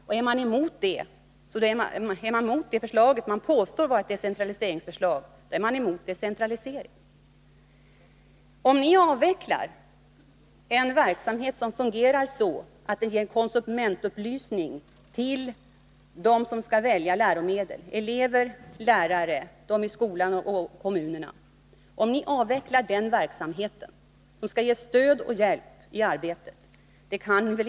Den som är emot det som på det sättet påstås vara ett decentraliseringsförslag sägs sedan vara emot decentralisering! Ni vill avveckla en verksamhet som ger konsumentupplysning till dem som skall välja läromedel — elever och lärare i skolorna och kommunerna — en verksamhet som skall ge stöd och hjälp i arbetet.